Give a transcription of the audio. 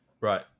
right